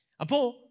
Apo